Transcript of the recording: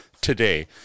today